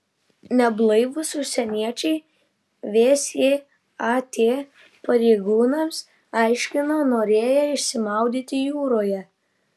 neblaivūs užsieniečiai vsat pareigūnams aiškino norėję išsimaudyti jūroje